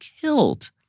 killed